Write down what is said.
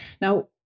Now